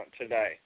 today